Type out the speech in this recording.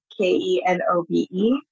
K-E-N-O-B-E